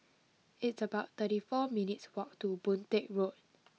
It's about thirty four minutes' walk to Boon Teck Road